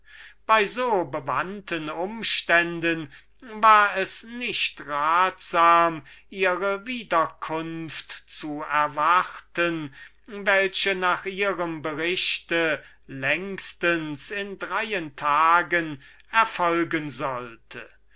bei so bewandten umständen war es nicht ratsam ihre wiederkunft zu erwarten welche nach ihrem bericht längstens in dreien tagen erfolgen sollte